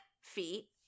feet